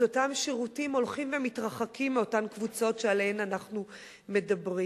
אז אותם שירותים הולכים ומתרחקים מאותן קבוצות שעליהן אנחנו מדברים.